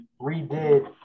redid